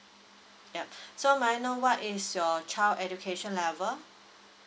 yup so may I know what is your child education level